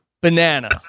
banana